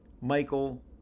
Michael